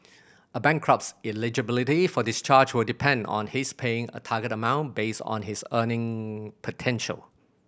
a bankrupt's eligibility for discharge will depend on his paying a target amount based on his earning potential